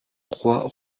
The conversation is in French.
roi